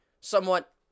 somewhat